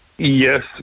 Yes